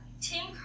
Tim